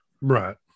right